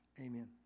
Amen